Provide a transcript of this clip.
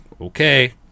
okay